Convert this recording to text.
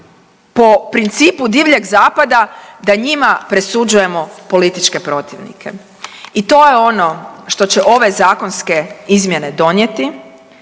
po principu divljeg zapada da njima presuđujemo političke protivnike i to je ono što će ove zakonske izmjene donijeti.